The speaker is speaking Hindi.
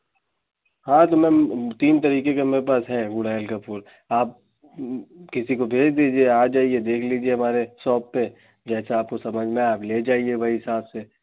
हाँ तो मैम तीन तरीके का मेरे पास है गुड़हल का फूल आप किसी को भेज दीजिए आ जाइए देख लीजिए हमारे शॉप पर जैसा आपको समझ में आए आप ले जाइए वही हिसाब से